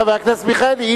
חבר הכנסת מיכאלי,